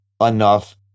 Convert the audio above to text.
enough